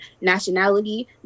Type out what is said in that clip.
nationality